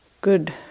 good